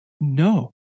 No